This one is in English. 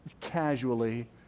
casually